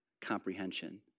comprehension